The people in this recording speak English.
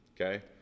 Okay